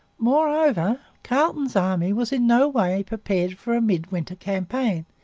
moreover, carleton's army was in no way prepared for a midwinter campaign,